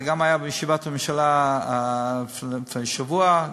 זה גם היה בישיבת הממשלה לפני שבוע,